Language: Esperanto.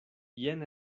jen